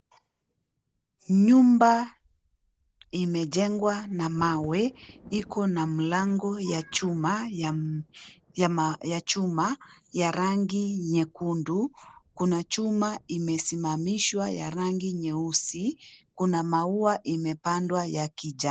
Nyumba imejengwa na mawe. Iko na mlango ya chuma ya rangi nyekundu. Kuna chuma imesimamishwa ya rangi nyeusi. Kuna maua imepandwa ya kijani.